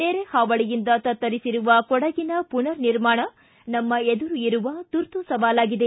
ನೆರೆ ಹಾವಳಿಯಿಂದ ತತ್ತರಿಸಿರುವ ಕೊಡಗಿನ ಮನರ್ ನಿರ್ಮಾಣ ನಮ್ಮ ಎದುರು ಇರುವ ತುರ್ತು ಸವಾಲಾಗಿದೆ